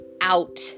out